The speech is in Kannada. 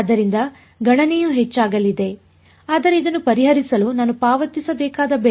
ಆದ್ದರಿಂದ ಗಣನೆಯು ಹೆಚ್ಚಾಗಲಿದೆ ಆದರೆ ಇದನ್ನು ಪರಿಹರಿಸಲು ನಾನು ಪಾವತಿಸಬೇಕಾದ ಬೆಲೆ